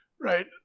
right